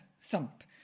thump